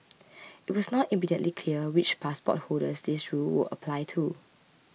it was not immediately clear which passport holders this rule would apply to